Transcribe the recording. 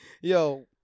Yo